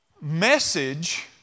message